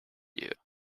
you